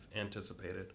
anticipated